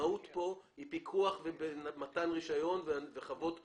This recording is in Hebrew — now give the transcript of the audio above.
המהות כאן היא פיקוח ומתן רישיון לחוות מוסמכות.